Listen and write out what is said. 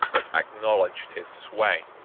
that acknowledged his sway.